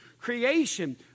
Creation